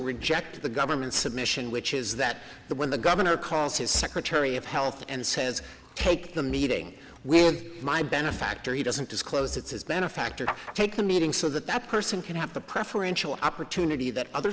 reject the government submission which is that when the governor calls his secretary of health and says take the meeting with my benefactor he doesn't disclose it's his benefactor take the meeting so that that person can have the preferential opportunity that other